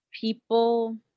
people